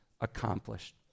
accomplished